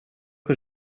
que